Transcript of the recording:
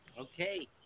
Okay